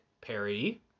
Perry